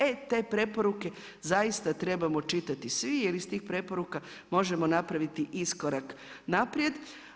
E te preporuke zaista trebamo čitati svi, jer iz tih preporuka možemo napraviti iskorak naprijed.